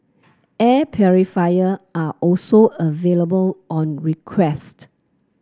air purifier are also available on request